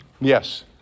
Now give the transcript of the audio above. Yes